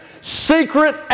secret